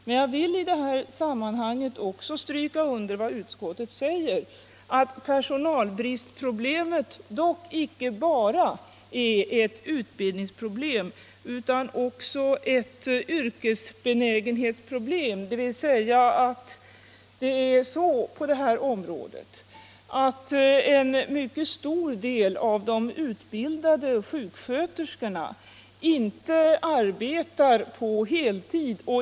Men jag vill i detta sammanhang också understryka utskottets uttalande, att personalbristproblemet icke bara är ett utbildningsproblem utan också ett yrkesbenägenhetsproblem. En mycket stor del av de utbildade sjuksköterskorna arbetar inte på heltid.